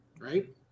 right